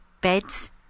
beds